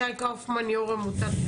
מאלו"ט.